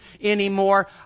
anymore